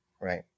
Right